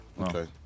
okay